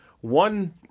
one